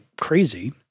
crazy